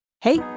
hey